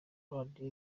radiyo